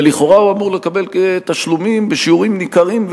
ולכאורה הוא אמור לקבל תשלומים בשיעורים ניכרים,